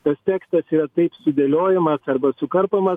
tas tekstas yra taip sudėliojamas arba sukarpomas